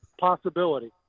possibility